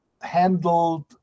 handled